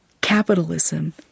capitalism